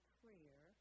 prayer